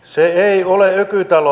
se ei ole ökytalo